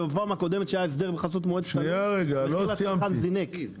ובפעם הקודמת שהיה הסדר בחסות מועצת הלול המחיר לצרכן זינק.